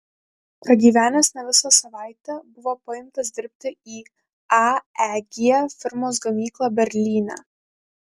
pragyvenęs ne visą savaitę buvo paimtas dirbti į aeg firmos gamyklą berlyne